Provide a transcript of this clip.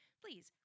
please